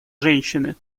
женщины